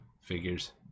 Figures